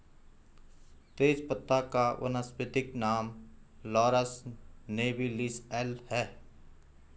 तेजपत्ता का वानस्पतिक नाम लॉरस नोबिलिस एल है